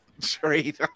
trade